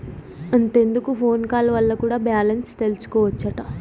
అంతెందుకు phone call వల్ల కూడా బాలెన్స్ తెల్సికోవచ్చట